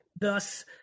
thus